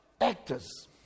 actors